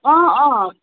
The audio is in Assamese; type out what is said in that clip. অঁ অঁ